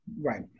Right